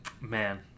man